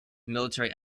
military